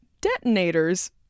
detonators